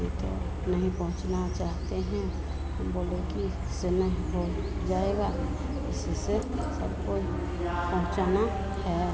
यह तो नहीं पहुँचना चाहते हैं हम बोले कि इसमें हो जाएगा इसी से सबको पहुँचाना है